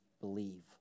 believe